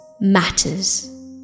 matters